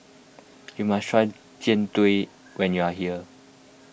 you must try Jian Dui when you are here